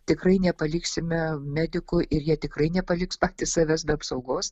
tikrai nepaliksime medikų ir jie tikrai nepaliks patys savęs be apsaugos